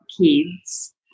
kids